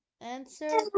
Answer